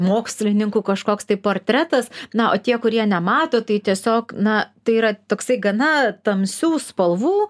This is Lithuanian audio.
mokslininkų kažkoks tai portretas na o tie kurie nemato tai tiesiog na tai yra toksai gana tamsių spalvų